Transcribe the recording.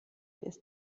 ist